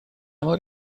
mor